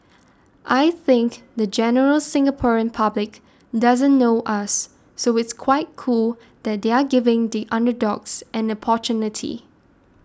I think the general Singaporean public doesn't know us so it's quite cool that they're giving the underdogs an opportunity